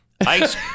Ice